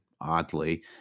oddly